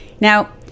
Now